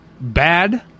bad